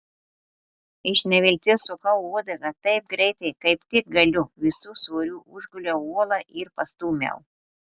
iš nevilties sukau uodegą taip greitai kaip tik galiu visu svoriu užguliau uolą ir pastūmiau